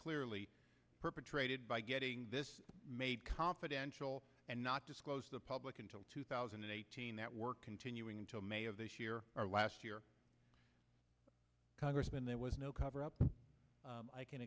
clearly perpetrated by getting this made confidential and not disclosed the public until two thousand and eighteen that work continuing until may of this year or last year congressman there was no cover up i can